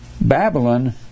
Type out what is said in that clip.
Babylon